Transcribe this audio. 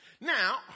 Now